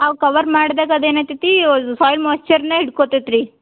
ಅವು ಕವರ್ ಮಾಡ್ದಾಗ ಅದೇನು ಆಗ್ತತೀ ಒಂದು ಸಾಯ್ಲ್ ಮೋರ್ಚರ್ನ ಹಿಡ್ಕೊತೈತ್ರಿ